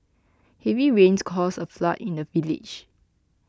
heavy rains caused a flood in the village